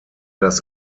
das